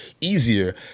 easier